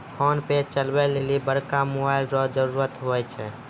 PhonePe चलबै लेली बड़का मोबाइल रो जरुरत हुवै छै